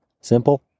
simple